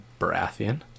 Baratheon